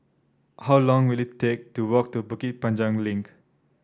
how long will it take to walk to Bukit Panjang Link